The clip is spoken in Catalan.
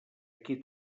qui